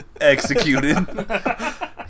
executed